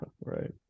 right